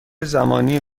زمانی